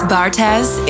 Bartez